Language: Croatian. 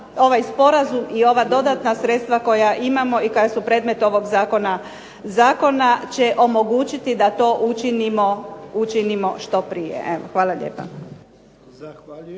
ovaj sporazum i ova dodatna sredstva koja imamo i koja su predmet ovog zakona će omogućiti da to učinimo što prije. Hvala lijepa.